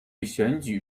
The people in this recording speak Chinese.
选举